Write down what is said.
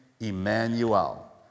Emmanuel